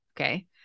Okay